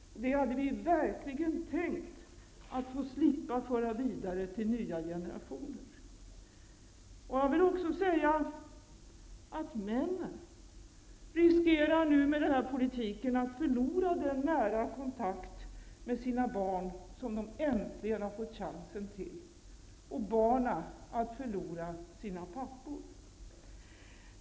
Det hade vi verkligen tänkt att få slippa föra vidare till nya generationer. Jag vill också säga att männen med denna politik nu riskerar att förlora den nära kontakt med sina barn som de äntligen har fått chansen till och att barnen kommer att förlora sina pappor.